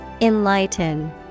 Enlighten